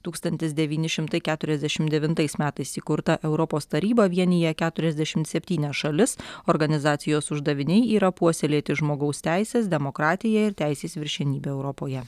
tūkstantis devyni šimtai keturiasdešim devintais metais įkurta europos taryba vienija keturiasdešimt septynias šalis organizacijos uždaviniai yra puoselėti žmogaus teises demokratiją ir teisės viršenybę europoje